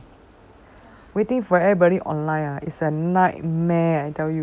waiting for everybody online ah is a nightmare I tell you